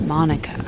Monica